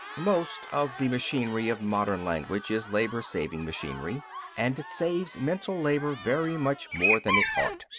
most of the machinery of modern language is labour-saving machinery and it saves mental labour very much more than it ought.